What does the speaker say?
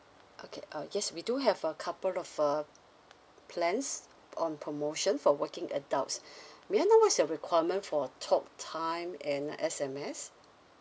okay uh yes we do have a couple of a plans on promotion for working adults may I know what is your requirement for talk time and S_M_S